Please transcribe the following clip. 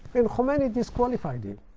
and khomeini disqualified him.